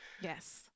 Yes